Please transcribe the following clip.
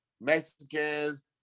Mexicans